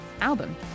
album